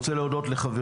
חשוב.